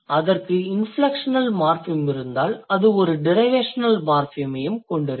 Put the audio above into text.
அதற்கு inflectional morpheme இருந்தால் அது ஒரு டிரைவேஷனல் மார்ஃபிமையும் கொண்டிருக்கும்